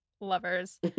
lovers